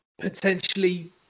potentially